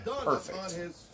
perfect